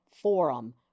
forum